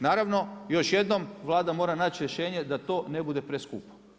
Naravno, još jednom, Vlada mora naći rješenje da to ne bude preskupo.